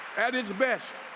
at its best.